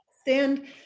stand